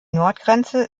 nordgrenze